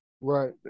Right